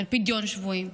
של פדיון שבויים?